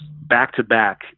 back-to-back